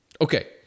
Okay